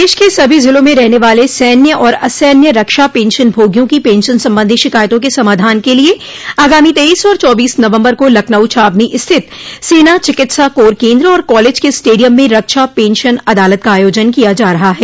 प्रदेश के सभी ज़िलों में रहने वाले सैन्य और असैन्य रक्षा पेंशन भोगियों की पेंशन संबंधी शिकायतों के समाधान क लिये आगामी तेईस और चौबीस नवम्बर को लखनऊ छावनी स्थित सेना चिकित्सा कोर केन्द्र और कॉलेज के स्टेडियम में रक्षा पेंशन अदालत का आयोजन किया जा रहा है